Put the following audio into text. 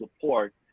support